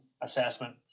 assessment